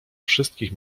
wszystkich